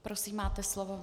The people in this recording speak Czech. Prosím, máte slovo.